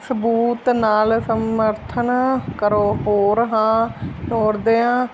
ਸਬੂਤ ਨਾਲ ਸਮਰਥਨ ਕਰੋ ਹੋਰ ਹਾਂ ਤੋਰਦਿਆਂ